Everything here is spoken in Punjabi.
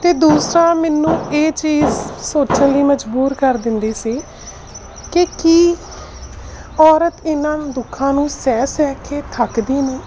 ਅਤੇ ਦੂਸਰਾ ਮੈਨੂੰ ਇਹ ਚੀਜ਼ ਸੋਚਣ ਲਈ ਮਜ਼ਬੂਰ ਕਰ ਦਿੰਦੀ ਸੀ ਕਿ ਕੀ ਔਰਤ ਇਹਨਾਂ ਨੂੰ ਦੁੱਖਾਂ ਨੂੰ ਸਹਿ ਸਹਿ ਕੇ ਥੱਕਦੀ ਨਹੀਂ